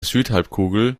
südhalbkugel